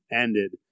ended